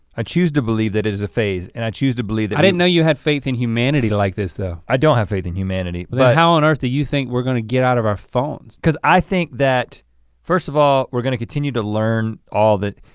i choose to believe that it is a phase and i choose to believe that i didn't know you had faith in humanity like this though. i don't have faith in humanity but then how on earth do you think we're gonna get out of our phones. cause i think that first of all, we're gonna continue to learn all the,